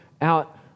out